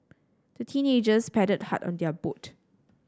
the teenagers paddled hard on their boat